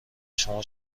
شما